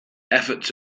efforts